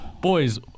Boys